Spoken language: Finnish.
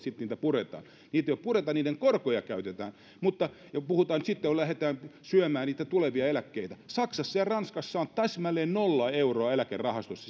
sitten niitä puretaan niitä ei pureta niiden korkoja käytetään mutta puhutaan nyt sitten että lähdetään syömään niitä tulevia eläkkeitä saksassa ja ranskassa on täsmälleen nolla euroa eläkerahastoissa